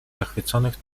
zachwyconych